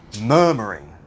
Murmuring